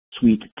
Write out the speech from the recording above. sweet